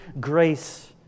grace